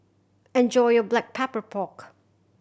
enjoy your Black Pepper Pork